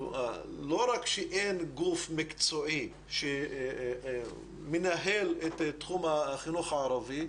לא רק שאין גוף מקצועי שמנהל את תחום החינוך הערבי,